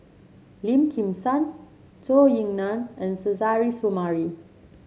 Lim Kim San Zhou Ying Nan and Suzairhe Sumari